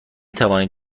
توانید